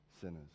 sinners